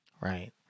right